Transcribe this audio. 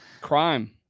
crime